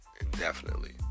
indefinitely